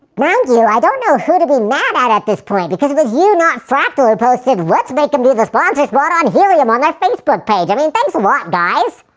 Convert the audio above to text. you, i don't know who to be mad at at this point, because it was you, not fractal who posted, let's make him do the sponsor spot on helium on their facebook page! i mean, thanks a lot guys!